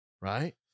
right